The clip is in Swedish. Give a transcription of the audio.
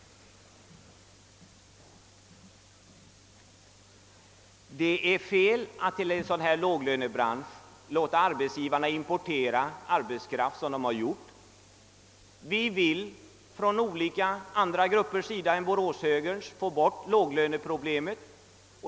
Det är fel att låta arbetsgivarna importera arbetskraft till en sådan låglönebransch så som de har gjort. Andra grupper än boråshögern vill få bort låglöneproblemet.